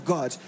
God